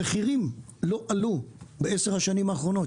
המחירים לא עלו בעשר השנים האחרונות,